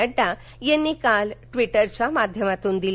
नड्डा यांनी काल ट्विटरच्या माध्यमातून दिली